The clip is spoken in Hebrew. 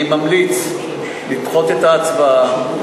אני ממליץ לדחות את ההצבעה,